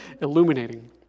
illuminating